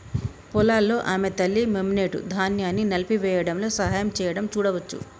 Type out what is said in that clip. పొలాల్లో ఆమె తల్లి, మెమ్నెట్, ధాన్యాన్ని నలిపివేయడంలో సహాయం చేయడం చూడవచ్చు